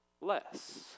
less